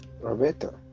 Roberto